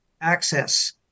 access